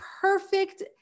perfect